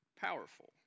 powerful